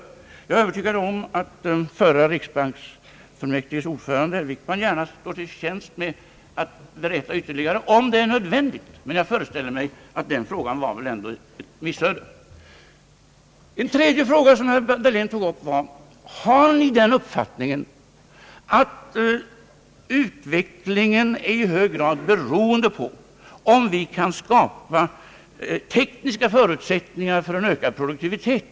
Jag är övertygad om att riksbanksfullmäktiges ordförande gärna står till förfogande med att berätta mera, om detta är nödvändigt. Jag föreställer mig dock att den frågan var ett missöde. Den tredje fråga herr Dahlén tog upp var: Har ni den uppfattningen att utvecklingen i hög grad är beroende på om vi kan skapa tekniska förutsättningar för en ökad produktivitet?